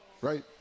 Right